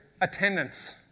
attendance